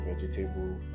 vegetable